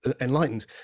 enlightened